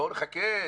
בואו נחכה,